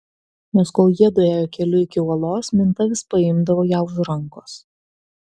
nes kol jiedu ėjo keliu iki uolos minta vis paimdavo ją už rankos